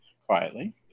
quietly